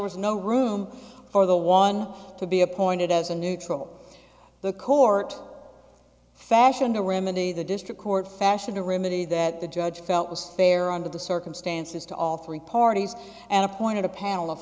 was no room for the one to be appointed as a neutral the court fashion to remedy the district court fashion to remove the that the judge felt was fair under the circumstances to all three parties and appoint a panel of